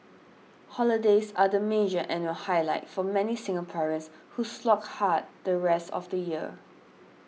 holidays are the major annual highlight for many Singaporeans who slog hard the rest of the year